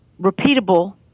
repeatable